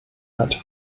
hat